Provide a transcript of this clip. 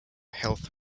health